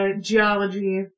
geology